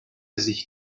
sich